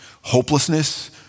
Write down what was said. Hopelessness